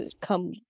come